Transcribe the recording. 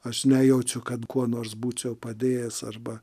aš nejaučiau kad kuo nors būčiau padėjęs arba